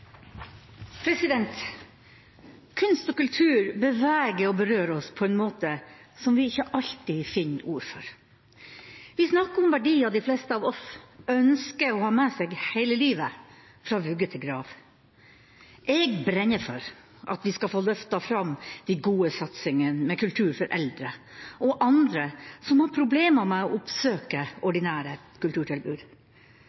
Kunst og kultur beveger og berører oss på en måte som vi ikke alltid finner ord for. Vi snakker om verdier de fleste av oss ønsker å ha med seg hele livet, fra vugge til grav. Jeg brenner for at vi skal få løftet fram de gode satsingene med kultur for eldre og andre som har problemer med å oppsøke ordinære kulturtilbud.